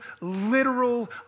literal